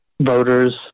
voters